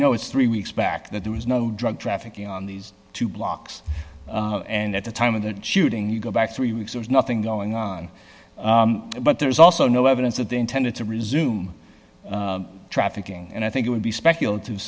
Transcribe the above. know it's three weeks back that there was no drug trafficking on these two blocks and at the time of that shooting you go back three weeks there's nothing going on but there's also no evidence that they intended to resume trafficking and i think it would be speculative